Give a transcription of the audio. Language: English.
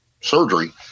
surgery